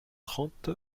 trente